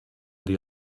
dir